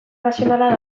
nazionala